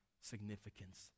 significance